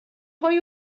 های